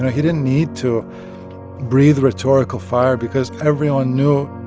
he didn't need to breathe rhetorical fire because everyone knew